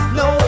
no